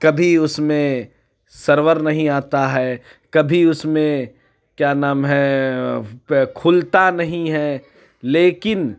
کبھی اُس میں سرور نہیں آتا ہے کبھی اُس میں کیا نام ہے کُھلتا نہیں ہے لیکن